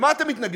למה אתם מתנגדים?